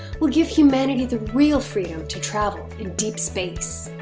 will give humanity the real freedom to travel in deep space.